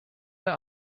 der